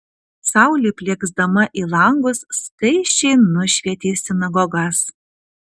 saulė plieksdama į langus skaisčiai nušvietė sinagogas